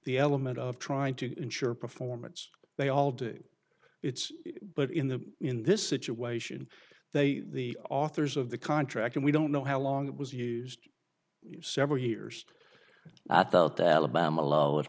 the element of trying to ensure performance they all do it's but in the in this situation they are the authors of the contract and we don't know how long it was used several years i thought alabama low i